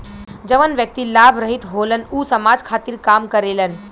जवन व्यक्ति लाभ रहित होलन ऊ समाज खातिर काम करेलन